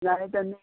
light आनी